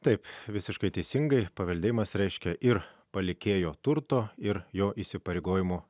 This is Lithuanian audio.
taip visiškai teisingai paveldėjimas reiškia ir palikėjo turto ir jo įsipareigojimų